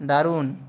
দারুণ